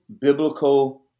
biblical